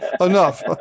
Enough